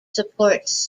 supports